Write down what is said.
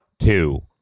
Two